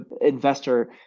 investor